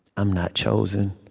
i'm not chosen.